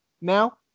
now